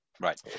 Right